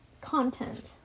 content